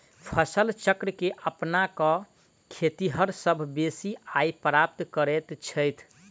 फसल चक्र के अपना क खेतिहर सभ बेसी आय प्राप्त करैत छथि